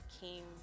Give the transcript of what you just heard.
came